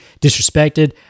disrespected